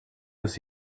dus